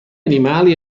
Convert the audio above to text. animali